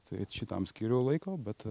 tai šitam skyriau laiko bet